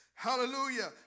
Hallelujah